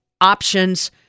options